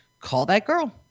callthatgirl